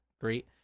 great